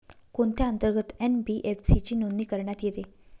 कोणत्या अंतर्गत एन.बी.एफ.सी ची नोंदणी करण्यात येते?